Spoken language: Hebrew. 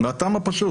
וזאת מהטעם הפשוט.